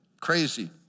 Crazy